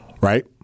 right